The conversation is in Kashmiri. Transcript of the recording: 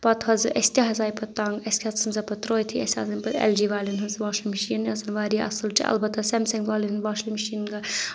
پَتہٕ حظ اَسہِ تہِ حظ آیہِ پَتہٕ تنٛگ اَسہِ تہِ حظ ژٕنۍ سۄ پَتہٕ ترٲوتھٕے اَسہِ آسَن پَتہٕ ایٚل جی والؠن ہٕنٛز واشِنٛگ مِشیٖن یۄس واریاہ اَصٕل چھِ البتہ سیمسنٛگ والؠن ہٕنٛز واشِنٛگ مِشیٖن گٔے